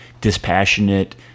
dispassionate